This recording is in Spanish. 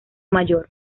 mayor